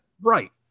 right